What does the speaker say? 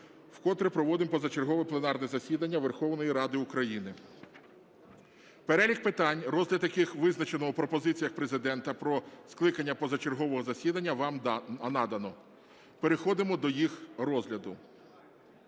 вкотре проводимо позачергове пленарне засідання Верховної Ради України. Перелік питань, розгляд яких визначено в пропозиціях Президента про скликання позачергового засідання, вам надано. Переходимо до їх розгляду.